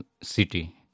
city